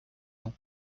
ans